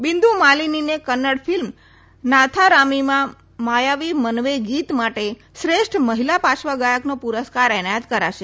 બિન્દ માલીનીને કન્નડ ફિલ્મ નાથારામીમાં મયાવી મનવે ગીત માટે શ્રેષ્ઠ મહિલા પાર્શ્વગાયકનો પુરસ્કાર એનાયત કરાશે